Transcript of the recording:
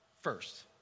first